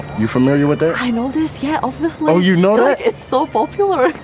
you're familiar with that. i notice yeah ah this low. you know, it's so popular,